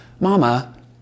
Mama